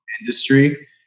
industry